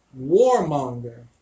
warmonger